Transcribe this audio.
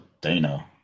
Dana